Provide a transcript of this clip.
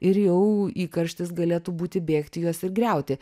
ir jau įkarštis galėtų būti bėgti juos ir griauti